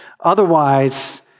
Otherwise